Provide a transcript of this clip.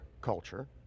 culture